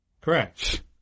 Correct